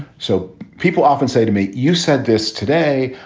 so people often say to me, you said this today.